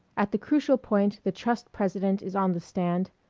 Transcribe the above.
at the crucial point the trust president is on the stand,